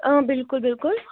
ٲں بلکُل بلکُل